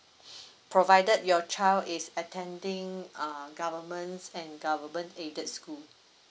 provided your child is attending uh governments and government aided school